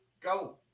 go